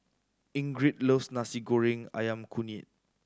Ingrid loves Nasi Goreng Ayam Kunyit